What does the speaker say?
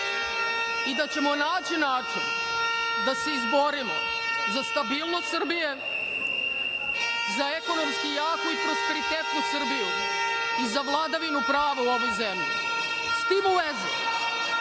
i da ćemo naći način da se izborimo za stabilnost Srbije, za ekonomski jaku i prosperitetnu Srbiju i za vladavinu prava u ovoj zemlji.S tim u vezi,